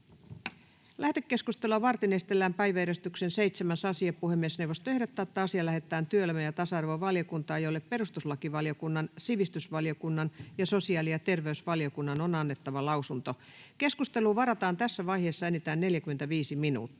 Lähetekeskustelua varten esitellään päiväjärjestyksen 7. asia. Puhemiesneuvosto ehdottaa, että asia lähetetään työelämä- ja tasa-arvovaliokuntaan, jolle perustuslakivaliokunnan, sivistysvaliokunnan ja sosiaali- ja terveysvaliokunnan on annettava lausunto. Keskusteluun varataan tässä vaiheessa enintään 45 minuuttia.